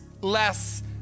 less